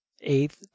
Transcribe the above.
eighth